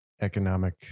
economic